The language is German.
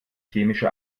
chemische